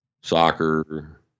soccer